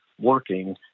working